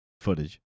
footage